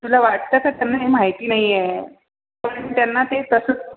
तुला वाटतं का त्यांना हे माहिती नाही आहे पण त्यांना ते तसं